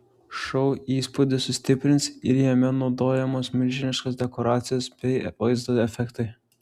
šou įspūdį sustiprins ir jame naudojamos milžiniškos dekoracijos bei vaizdo efektai